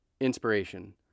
inspiration